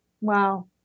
Wow